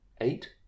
eight